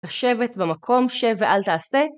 לשבת במקום שב ואל תעשה.